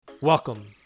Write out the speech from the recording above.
Welcome